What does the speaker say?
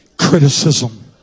criticism